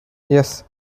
yes